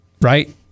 right